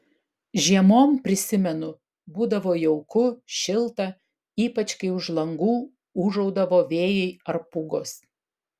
žiemom prisimenu būdavo jauku šilta ypač kai už langų ūžaudavo vėjai ar pūgos